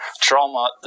trauma